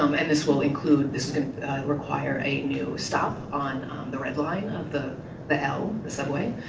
um and this will include, this require a new stop on the red line of the the l, the subway,